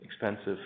expensive